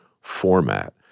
format